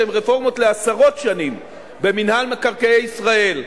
שהן רפורמות לעשרות שנים במינהל מקרקעי ישראל,